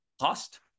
cost